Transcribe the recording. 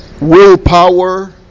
willpower